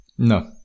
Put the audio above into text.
No